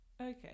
okay